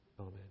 Amen